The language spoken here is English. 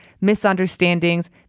misunderstandings